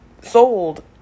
sold